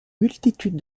multitude